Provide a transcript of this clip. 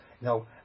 Now